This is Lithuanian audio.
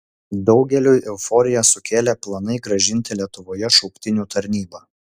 daugeliui euforiją sukėlė planai grąžinti lietuvoje šauktinių tarnybą